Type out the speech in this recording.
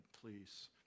please